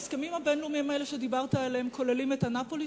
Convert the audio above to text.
ההסכמים הבין-לאומיים האלה שדיברת עליהם כוללים את אנאפוליס,